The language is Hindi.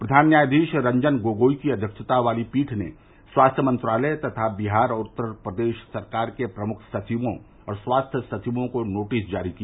प्रघान न्यायावीश रंजन गोगोई की अध्यक्षता वाली पीठ ने स्वास्थ्य मंत्रालय तथा बिहार और उत्तर प्रदेश सरकार के मुख्य सचिवों और स्वास्थ्य सचिवों को नोटिस जारी किया